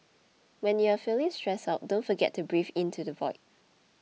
when you are feeling stressed out don't forget to breathe into the void